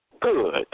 good